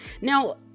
Now